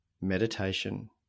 meditation